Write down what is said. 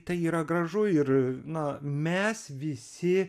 tai yra gražu ir na mes visi